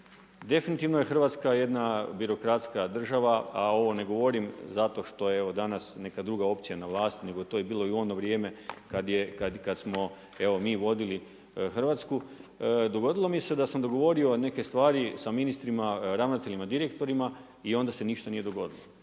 Definitivno je Hrvatska jedna birokratska država a ovo ne govorim zato što je evo neka druga opcija na vlasti, nego to je bilo i u ono vrijeme kad smo evo mi vodili Hrvatsku. Dogodilo mi se da sam dogovorio neke stvari sa ministrima, ravnateljima, direktorima i onda se ništa nije dogodilo.